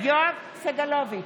יואב סגלוביץ'